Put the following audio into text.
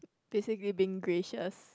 basically being gracious